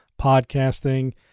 podcasting